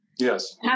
Yes